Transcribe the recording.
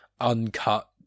uncut